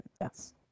Yes